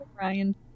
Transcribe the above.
ryan